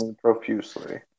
profusely